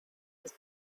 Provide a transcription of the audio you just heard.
with